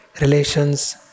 relations